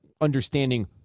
understanding